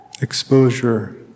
exposure